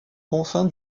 confins